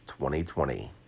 2020